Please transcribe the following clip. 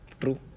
True